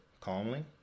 calmly